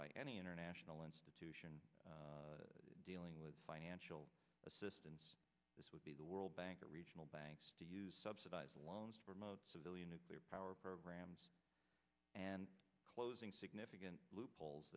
by any international institution dealing with financial assistance this would be the world bank or regional bank to use subsidized loans from of civilian nuclear power programs and closing significant loopholes